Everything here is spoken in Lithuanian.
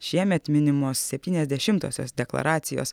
šiemet minimos septyniasdešimtosios deklaracijos